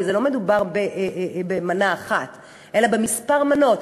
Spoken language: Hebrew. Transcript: כי לא מדובר במנה אחת אלא בכמה מנות.